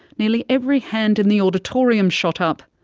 nearly every hand in the auditorium shot up.